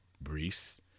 Briefs